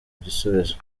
igisubizo